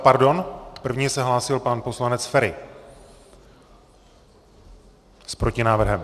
Pardon, první se hlásil pan poslanec Feri s protinávrhem.